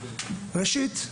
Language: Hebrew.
ראשית,